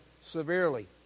severely